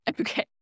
Okay